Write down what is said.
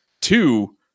two